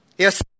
Yes